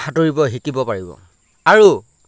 সাঁতুৰিব শিকিব পাৰিব আৰু